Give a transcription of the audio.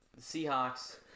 Seahawks